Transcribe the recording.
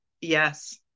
yes